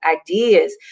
ideas